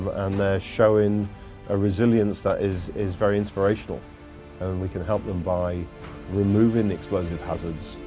and they're showing a resilience that is is very inspirational. and we can help them by removing explosive hazards,